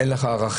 אין לך ערכים,